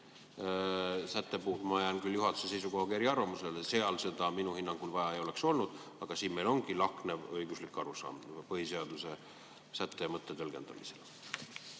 sätte puhul jään ma küll juhatuse seisukohast erinevale arvamusele, seal seda minu hinnangul vaja ei oleks olnud. Aga siin meil ongi lahknev õiguslik arusaam põhiseaduse sätte ja mõtte tõlgendamisel.